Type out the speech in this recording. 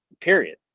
Period